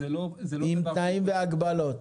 תנאים והגבלות.